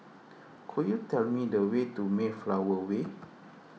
could you tell me the way to Mayflower Way